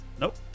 Nope